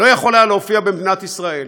לא יכול היה להופיע במדינת ישראל.